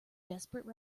desperate